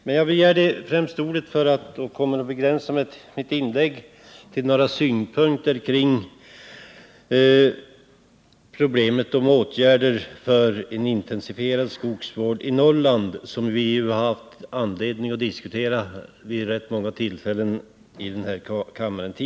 Men jag kommer nu att begränsa mitt inlägg till några synpunkter på frågan om åtgärder för en intensifierad skogsvård i Norrland, som vi har haft anledning att diskutera vid rätt många tillfällen tidigare i den här kammaren.